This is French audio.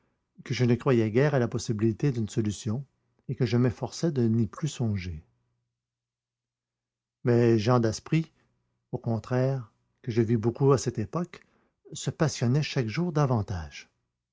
que je ne croyais guère à la possibilité d'une solution et que je m'efforçais de n'y plus songer mais jean daspry au contraire que je vis beaucoup à cette époque se passionnait chaque jour davantage